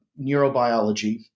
neurobiology